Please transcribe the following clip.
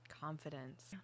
confidence